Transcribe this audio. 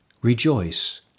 Rejoice